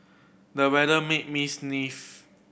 the weather made me sneeze